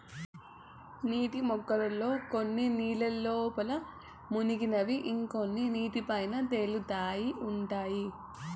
నీటి మొక్కల్లో కొన్ని నీళ్ళ లోపల మునిగినవి ఇంకొన్ని నీటి పైన తేలుతా ఉంటాయి